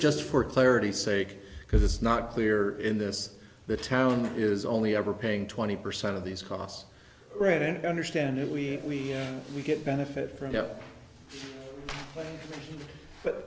just for clarity sake because it's not clear in this the town is only ever paying twenty percent of these costs read and understand it we we get benefit from that but